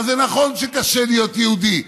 אז נכון שקשה להיות יהודי,